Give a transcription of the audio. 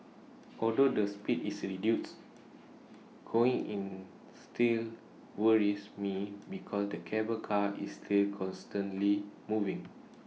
although the speed is reduced going in still worries me because the cable car is still constantly moving